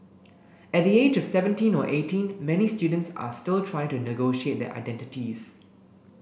at the age of seventeen or eighteen many students are still trying to negotiate their identities